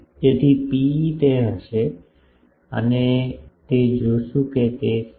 તેથી ρe તે હશે અમે તે જોશું કે તે 6